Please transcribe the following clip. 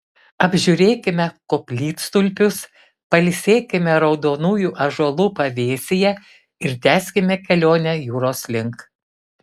apžiūrėkime koplytstulpius pailsėkime raudonųjų ąžuolų pavėsyje ir tęskime kelionę jūros link